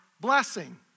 blessing